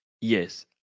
Yes